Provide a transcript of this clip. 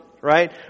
right